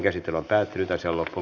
asian käsittely päättyi